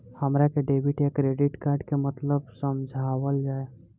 हमरा के डेबिट या क्रेडिट कार्ड के मतलब समझावल जाय?